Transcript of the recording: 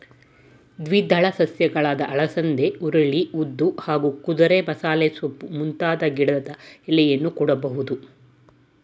ದ್ವಿದಳ ಸಸ್ಯಗಳಾದ ಅಲಸಂದೆ ಹುರುಳಿ ಉದ್ದು ಹಾಗೂ ಕುದುರೆಮಸಾಲೆಸೊಪ್ಪು ಮುಂತಾದ ಗಿಡದ ಎಲೆಯನ್ನೂ ಕೊಡ್ಬೋದು